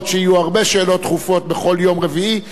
כי נדמה לי שהאמצעי האופוזיציוני היחידי